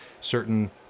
certain